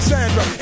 Sandra